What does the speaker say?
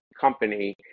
company